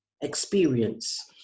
experience